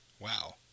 Wow